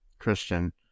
Christian